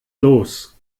los